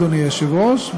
אדוני היושב-ראש,